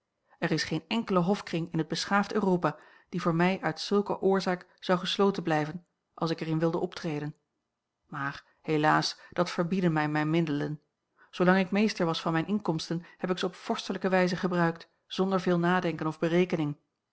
er is geen enkele hofkring in het beschaafd europa die voor mij uit zulke oorzaak zou gesloten blijven als ik er in wilde optreden maar helaas dat verbieden mij mijne middelen zoolang ik meester was van mijne inkomsten heb ik ze op vorstelijke wijze gebruikt zonder veel nadenken of berekening